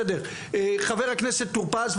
חבר הכנסת טור פז,